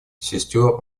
сестер